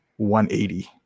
180